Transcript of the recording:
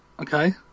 Okay